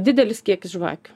didelis kiekis žvakių